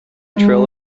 trail